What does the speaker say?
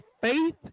faith